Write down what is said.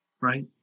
Right